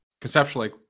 conceptually